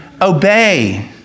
obey